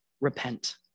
Repent